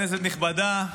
כנסת נכבדה,